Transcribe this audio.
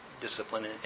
discipline